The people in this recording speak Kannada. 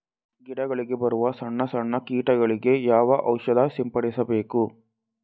ಗಿಡಗಳಿಗೆ ಬರುವ ಸಣ್ಣ ಸಣ್ಣ ಕೀಟಗಳಿಗೆ ಯಾವ ಔಷಧ ಸಿಂಪಡಿಸಬೇಕು?